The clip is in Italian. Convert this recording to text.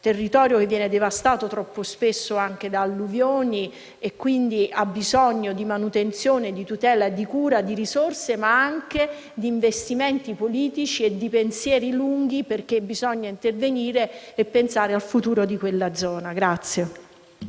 territorio, che viene devastato troppo spesso anche da alluvioni e quindi ha bisogno di manutenzione, di tutela, di cura, di risorse ma anche di investimenti politici e di progetti a lungo termine. Bisogna intervenire e pensare al futuro di quella zona.